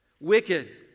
wicked